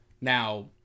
Now